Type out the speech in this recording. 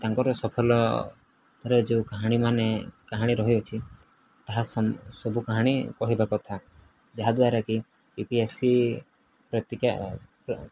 ତାଙ୍କର ସଫଳରେ ଯୋଉ କାହାଣୀମାନେ କାହାଣୀ ରହିଛି ତାହା ସବୁ କାହାଣୀ କହିବା କଥା ଯାହାଦ୍ୱାରା କିି ୟୁ ପି ଏସ୍ ସି ପ୍ରତିଭା